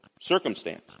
circumstance